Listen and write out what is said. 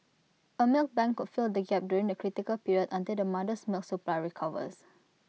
A milk bank could fill the gap during the critical period until the mother's milk supply recovers